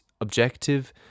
objective